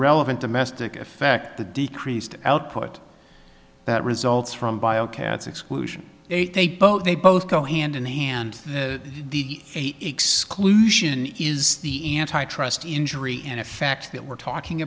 relevant domestic effect the decreased output that results from bio kat's exclusion they both they both go hand in hand the exclusion is the antitrust injury and effect that we're talking